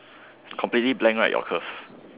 completely blank right your curve